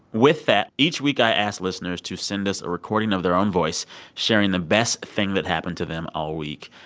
with that, each week i ask listeners to send us a recording of their own voice sharing the best thing that happened to them all week.